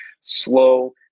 slow